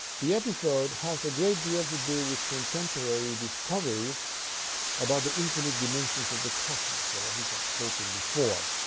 the episode has a great deal to do with contemporary discoveries about the infinite dimensions of the cosmos, about which i've spoken before,